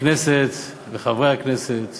הכנסת, חברי הכנסת